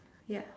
ya